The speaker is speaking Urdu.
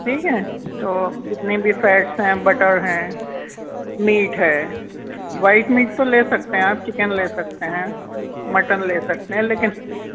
ٹھیک ہے تو جتنے بھی فیٹس ہیں بٹر ہیں میٹ ہے وائٹ میٹ تو لے سکتے ہیں آپ چکن لے سکتے ہیں مٹن لے سکتے ہیں لیکن